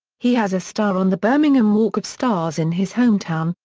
he has a star on the birmingham walk of stars in his hometown,